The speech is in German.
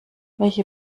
welche